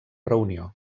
reunió